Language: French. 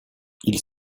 ils